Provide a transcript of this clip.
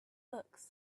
books